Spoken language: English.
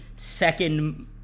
Second